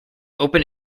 open